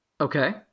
Okay